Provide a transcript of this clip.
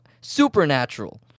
supernatural